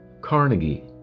Carnegie